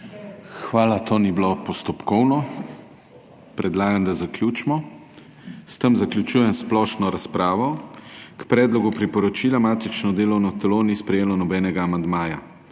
Hvala. To ni bilo postopkovno. Predlagam, da zaključimo. S tem zaključujem splošno razpravo. K predlogu priporočila matično delovno telo ni sprejelo nobenega amandmaja.